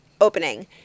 opening